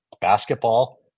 Basketball